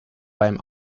beim